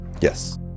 Yes